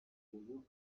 you